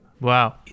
Wow